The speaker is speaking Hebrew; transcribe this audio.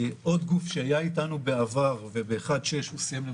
עוד גוף שהיה אתנו בעבר וב-1.6 הוא סיים את